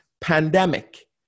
pandemic